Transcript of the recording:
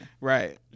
Right